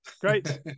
Great